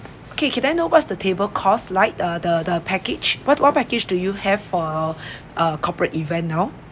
okay can I know what's the table cost like uh the the package what what package do you have for uh corporate event now